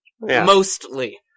mostly